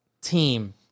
team